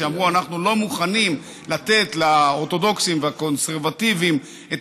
שאמרו: אנחנו לא מוכנים לתת לאורתודוקסים ולקונסרבטיבים את